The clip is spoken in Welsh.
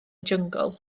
jyngl